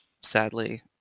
sadly